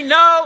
no